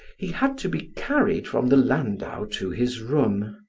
he had to be carried from the landau to his room.